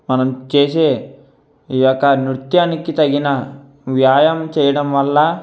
మనం చేసే ఈ యొక్క నృత్యానికి తగిన వ్యాయామం చేయడం వల్ల